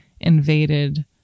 invaded